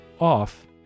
off